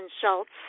Schultz